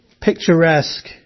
picturesque